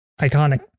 iconic